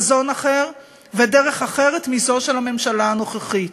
חזון אחר ודרך אחרת מזו של הממשלה הנוכחית.